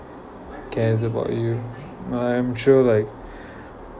cares about you I'm sure like